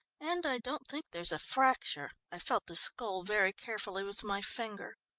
and i don't think there's a fracture. i felt the skull very carefully with my finger.